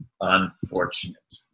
unfortunate